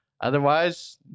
Otherwise